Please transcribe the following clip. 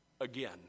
again